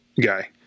guy